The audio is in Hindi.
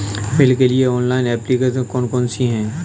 बिल के लिए ऑनलाइन एप्लीकेशन कौन कौन सी हैं?